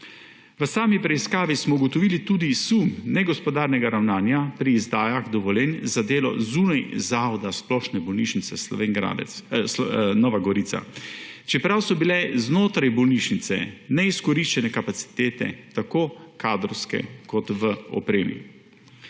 V sami preiskavi smo ugotovili tudi sum negospodarnega ravnanja pri izdajah dovoljenj za delo zunaj zavoda Splošne bolnišnice Nova Gorica, čeprav so bile znotraj bolnišnice neizkoriščene kapacitete tako kadrovske kot v opremi.